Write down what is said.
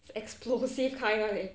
explosive kind [one] leh